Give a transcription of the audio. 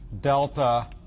delta